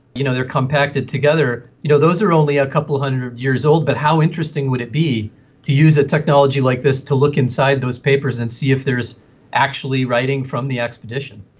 you know they are compacted together, you know those are only a couple of hundred years old, but how interesting would be to use a technology like this to look inside those papers and see if there's actually writing from the expedition.